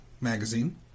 Magazine